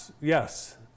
Yes